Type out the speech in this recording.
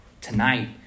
tonight